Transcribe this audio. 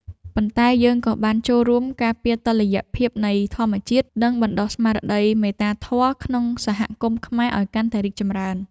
ប៉ុន្តែយើងក៏បានចូលរួមការពារតុល្យភាពនៃធម្មជាតិ និងបណ្តុះស្មារតីមេត្តាធម៌ក្នុងសហគមន៍ខ្មែរឱ្យកាន់តែរីកចម្រើន។